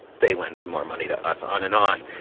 they lend some more money to us on and on.